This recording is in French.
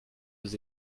aux